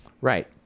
right